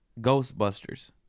Ghostbusters